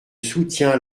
soutiens